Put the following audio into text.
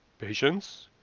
patience!